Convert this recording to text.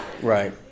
Right